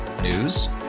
News